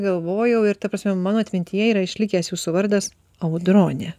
galvojau ir ta prasme mano atmintyje yra išlikęs jūsų vardas audronė